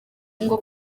ngo